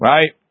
Right